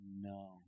No